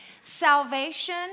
Salvation